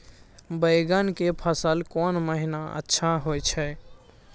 बैंगन के फसल कोन महिना अच्छा होय छै?